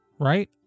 right